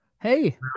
hey